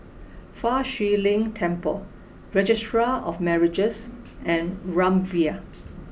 Fa Shi Lin Temple Registrar of Marriages and Rumbia